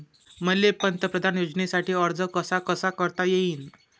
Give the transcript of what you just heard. मले पंतप्रधान योजनेसाठी अर्ज कसा कसा करता येईन?